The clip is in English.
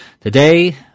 Today